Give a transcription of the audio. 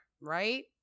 right